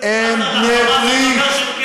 הם בני ברית,